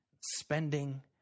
spending